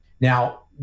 Now